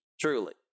Truly